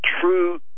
true